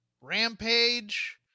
Rampage